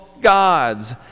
gods